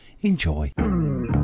Enjoy